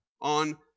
on